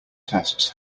tests